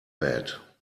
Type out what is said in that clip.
bad